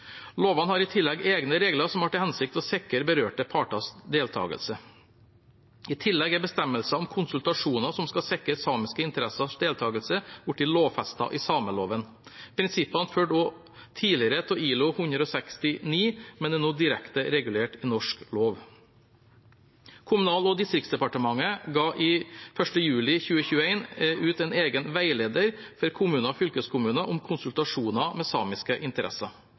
har i tillegg egne regler som har til hensikt å sikre berørte parters deltakelse. I tillegg er bestemmelser om konsultasjoner som skal sikre samiske interessers deltakelse, blitt lovfestet i sameloven. Prinsippene fulgte også tidligere av ILO-konvensjon nr. 169, men er nå direkte regulert i norsk lov. Kommunal- og distriktsdepartementet ga 1. juli 2021 ut en egen veileder for kommuner og fylkeskommuner om konsultasjoner med samiske interesser.